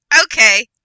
okay